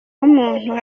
w’umuntu